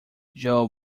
joe